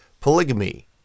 polygamy